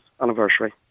anniversary